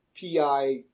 PI